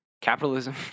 capitalism